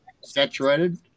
saturated